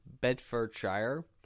Bedfordshire